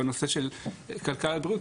כלכלת בריאות,